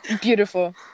Beautiful